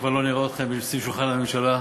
כבר לא נראה אתכם סביב שולחן הממשלה.